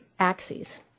axes